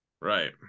Right